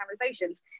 conversations